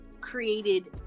created